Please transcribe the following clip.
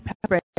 Pepper